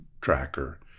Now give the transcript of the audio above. tracker